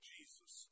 Jesus